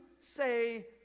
say